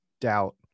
doubt